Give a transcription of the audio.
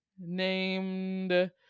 named